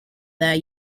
that